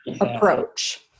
approach